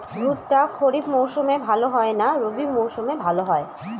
ভুট্টা খরিফ মৌসুমে ভাল হয় না রবি মৌসুমে ভাল হয়?